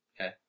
Okay